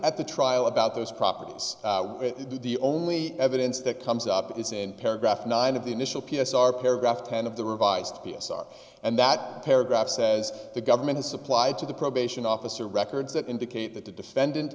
at the trial about those properties the only evidence that comes up is in paragraph nine of the initial p s r paragraph ten of the revised p s r and that paragraph says the government has supplied to the probation officer records that indicate that the defendant